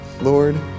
Lord